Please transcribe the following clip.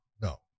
no